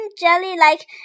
jelly-like